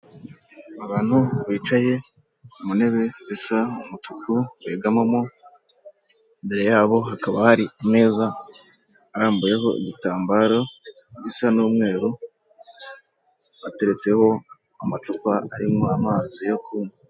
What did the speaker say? Abantu bicaye mu ntebe zisa umutuku begamamo, imbere yabo hakaba hari ameza arambuyeho igitambaro gisa n'umweru, hateretseho amacupa arimo amazi yo kunywa.